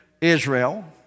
Israel